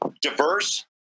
diverse